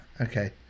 okay